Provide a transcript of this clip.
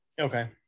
Okay